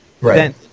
Right